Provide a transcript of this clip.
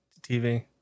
TV